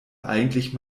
eigentlich